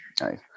Nice